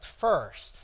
first